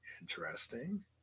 Interesting